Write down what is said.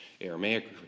Aramaic